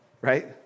right